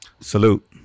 Salute